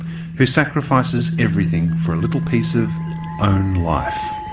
who sacrifices everything for a little piece of own life.